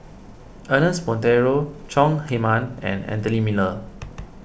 Ernest Monteiro Chong Heman and Anthony Miller